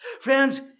Friends